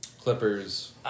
Clippers